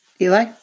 Eli